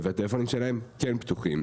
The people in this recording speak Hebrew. והטלפונים שלהם כן פתוחים.